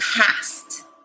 past